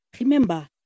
remember